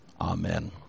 Amen